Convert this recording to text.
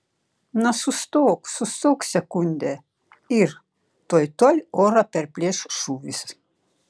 na sustok sustok sekundę ir tuoj tuoj orą perplėš šūvis